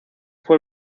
fue